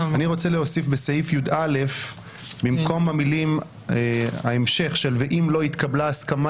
אני רוצה להוסיף בסעיף י"א במקום המילים: "ואם לא התקבלה הסכמה